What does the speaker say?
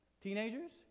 Teenagers